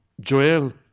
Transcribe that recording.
Joel